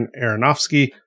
Aronofsky